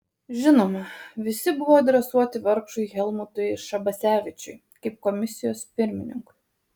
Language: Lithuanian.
žinoma visi buvo adresuoti vargšui helmutui šabasevičiui kaip komisijos pirmininkui